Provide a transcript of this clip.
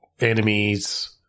enemies